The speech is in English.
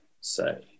say